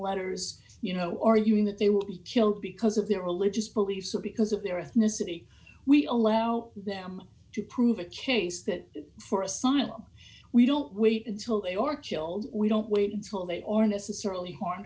letters you know arguing that they will be killed because of their religious beliefs or because of their ethnicity we allow them to prove a case that for asylum we don't wait until they are killed we don't wait until they are necessarily harmed